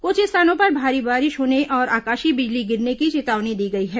कुछ स्थानों पर भारी वर्षा होने और आकाशीय बिजली गिरने की चेतावनी दी गई है